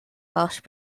welsh